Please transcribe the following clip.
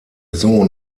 sohn